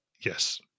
Yes